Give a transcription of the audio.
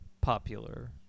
popular